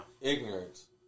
Ignorance